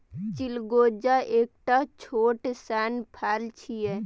चिलगोजा एकटा छोट सन फल छियै